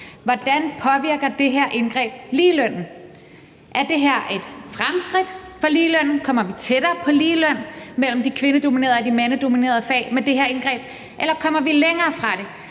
Hvordan påvirker det her indgreb ligelønnen? Er det her et fremskridt for ligelønnen? Kommer vi tættere på ligeløn mellem de kvindedominerede og de mandsdominerede fag med det her indgreb, eller kommer vi længere fra det?